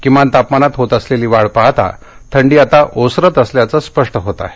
किमान तापमानात होत असलेली वाढ पाहता थंडी आता ओसरत असल्याचं स्पष्ट होत आहे